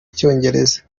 cyongereza